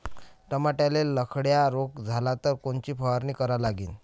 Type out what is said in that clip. टमाट्याले लखड्या रोग झाला तर कोनची फवारणी करा लागीन?